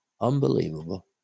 unbelievable